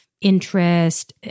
interest